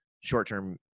short-term